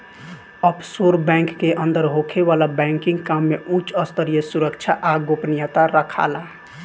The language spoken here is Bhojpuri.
ऑफशोर बैंक के अंदर होखे वाला बैंकिंग काम में उच स्तरीय सुरक्षा आ गोपनीयता राखाला